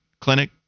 Clinic